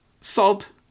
salt